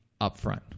upfront